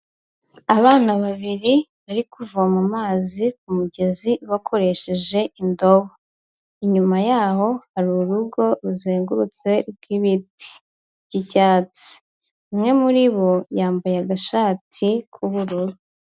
Abana babiri bari kuvoma amazi ku mugezi bakoresheje indobo, inyuma yaho hari urugo ruzengurutse rw'ibiti by'icyatsi, umwe muri bo yambaye agashati k'ubururu.